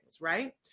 Right